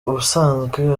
ubusanzwe